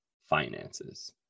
finances